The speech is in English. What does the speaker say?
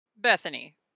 Bethany